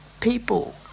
people